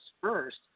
first